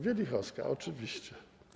Wielichowska, oczywiście.